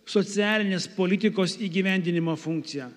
socialinės politikos įgyvendinimo funkciją